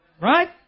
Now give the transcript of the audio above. Right